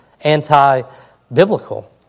anti-biblical